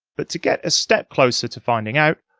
but to get a step closer to finding out,